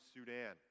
Sudan